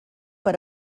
per